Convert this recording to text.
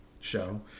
show